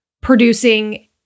producing